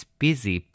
busy